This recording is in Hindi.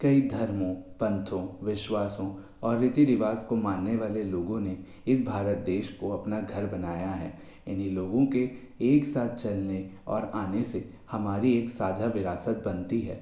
कई धर्मों पंथों विश्वासों और रीति रिवाज को मानने वाले लोगों ने इस भारत देश को अपना घर बनाया है इन्हीं लोगों के एक साथ चलने और आने से हमारी एक साझा विरासत बनती है